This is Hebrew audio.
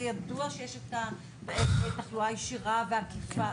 ידוע שיש את התחלואה הישירה והעקיפה.